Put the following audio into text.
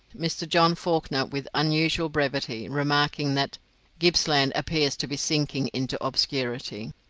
mr. john fawkner, with unusual brevity, remarking that gippsland appears to be sinking into obscurity.